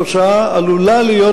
התוצאה עלולה להיות,